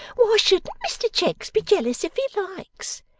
why shouldn't mr cheggs be jealous if he likes?